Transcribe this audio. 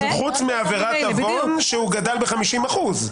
חוץ מעבירת עוון, שהוא גדל בה ב-50%.